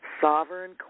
Sovereign